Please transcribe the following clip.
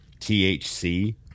THC